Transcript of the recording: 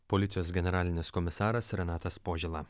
policijos generalinis komisaras renatas požėla